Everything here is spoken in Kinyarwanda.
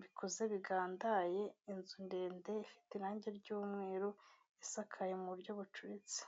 bikuze bigandaye, inzu ndende ifite irange ry'umweru isakaye mu buryo bucuritse.